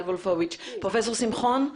פרופסור שמחון,